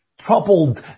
troubled